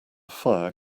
fire